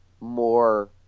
more